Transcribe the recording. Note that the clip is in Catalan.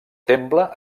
temple